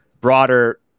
broader